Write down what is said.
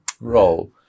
role